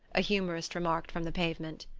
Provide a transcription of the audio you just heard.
a humourist remarked from the pavement.